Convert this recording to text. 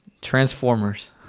Transformers